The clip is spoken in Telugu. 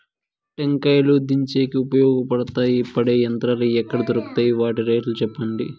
టెంకాయలు దించేకి ఉపయోగపడతాయి పడే యంత్రాలు ఎక్కడ దొరుకుతాయి? వాటి రేట్లు చెప్పండి?